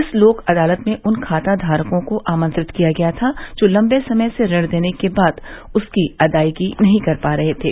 इस लोक अदालत में उन खाता धारकों को आमंत्रित किया गया था जो लम्बे समय से ऋण लेने के बाद उसकी अदायगी नहीं कर रहे थे